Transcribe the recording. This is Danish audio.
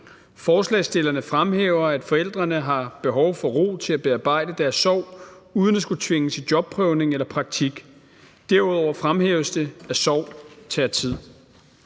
Forslagsstillerne fremhæver, at forældrene har behov for ro til at bearbejde deres sorg uden at skulle tvinges i jobprøvning eller praktik. Derudover fremhæves det, at sorg tager tid.